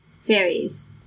fairies